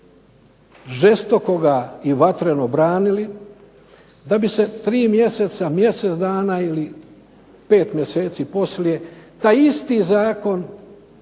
žestoko ga i vatreno branili, da bi se tri mjeseca, mjesec dana ili 5 mjeseci poslije taj isti zakon